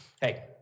hey